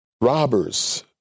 robbers